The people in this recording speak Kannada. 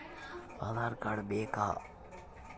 ಆಧಾರ್ ಕಾರ್ಡ್ ಬೇಕಾ?